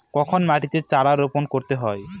কখন মাটিতে চারা রোপণ করতে হয়?